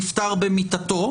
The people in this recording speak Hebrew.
נפטר במיטתו,